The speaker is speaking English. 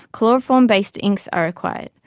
chloroform based inks are required.